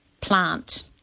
plant